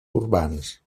urbans